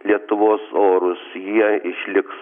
lietuvos orus jie išliks